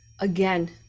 again